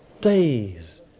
days